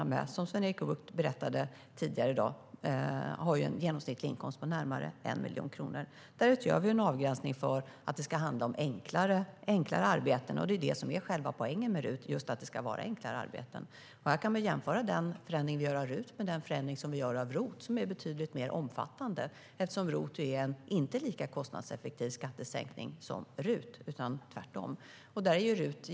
Det är de som, vilket Sven-Erik Bucht berättade tidigare i dag, har en genomsnittlig inkomst på närmare 1 miljon kronor. Därutöver gör vi en avgränsning i att det ska handla om enklare arbeten, och det är det som är själva poängen med RUT. Det ska handla om enklare arbeten. Vi kan jämföra den förändring vi gör av RUT med den förändring vi gör av ROT, som är betydligt mer omfattande. ROT är nämligen en inte lika kostnadseffektiv skattesänkning som RUT.